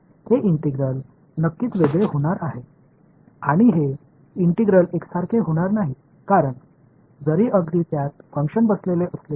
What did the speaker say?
हे इंटिग्रल नक्कीच वेगळे होणार आहे आणि हे इंटिग्रल एकसारखे होणार नाहीत कारण जरी अगदी त्यात फंक्शन बसलेले असले तरी